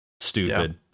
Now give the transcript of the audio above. Stupid